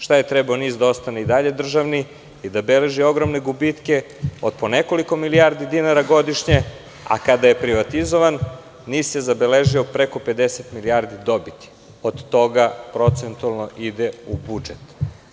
Da li je NIS trebao da ostane i dalje državni i da beleži ogromne gubitke od po nekoliko milijardi dinara godišnje, a kada je privatizovan, NIS je zabeležio preko 50 milijardi dobiti i od toga procentualno ide u budžet?